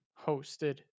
hosted